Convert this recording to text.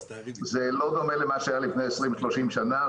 זה לא דומה למה שהיה לפני 20,30 שנה.